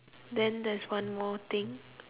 then there's one more thing